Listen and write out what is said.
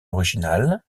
original